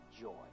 joy